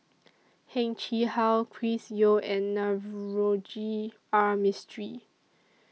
Heng Chee How Chris Yeo and Navroji R Mistri